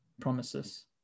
promises